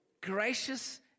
gracious